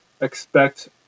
expect